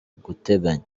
guteganya